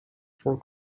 for